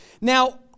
Now